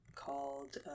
Called